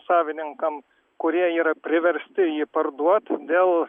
savininkam kurie yra priversti jį parduot dėl